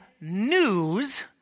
news